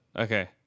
Okay